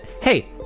Hey